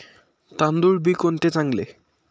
तांदूळ बी कोणते चांगले?